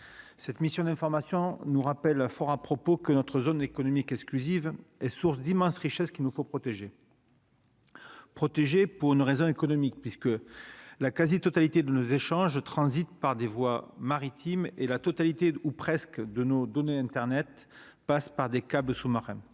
cette mission d'information, nous rappelle fort à propos que notre zone économique exclusive et source d'immenses richesses qu'il nous faut protéger. Protéger pour une raison économique puisque la quasi-totalité de nos échanges transitent par des voies maritimes et la totalité ou presque de nos données internet passe par des câbles sous-marins